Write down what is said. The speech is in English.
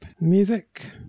Music